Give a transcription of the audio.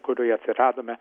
kurioje atsiradome